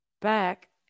back